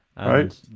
Right